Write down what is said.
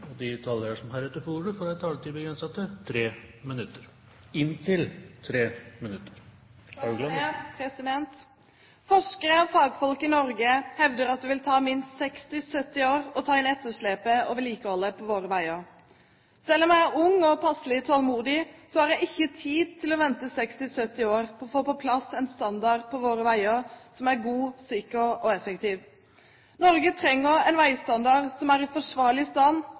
forutsigbarheten. De talere som heretter får ordet, har en taletid på inntil 3 minutter. Forskere og fagfolk i Norge hevder at det vil ta minst 60–70 år å ta inn etterslepet og vedlikeholdet på våre veier. Selv om jeg er ung og passelig tålmodig, har jeg ikke tid til å vente 60–70 år på å få på plass en standard på våre veier som er god, sikker og effektiv. Norge trenger en veistandard som er forsvarlig, som sikrer menneskeliv, og som dekker næringslivets behov. Vi trenger å ta noen grep i